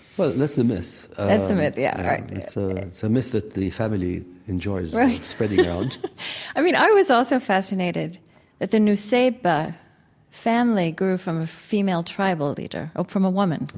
well, that's a myth that's a myth, yeah right so that's a myth that the family enjoys spreading out i mean, i was also fascinated that the nusseibeh family grew from a female tribal leader, from a woman,